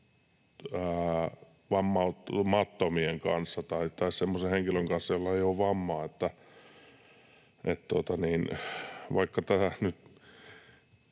vammautumattomien kanssa tai semmoisen henkilön kanssa, jolla ei ole vammaa.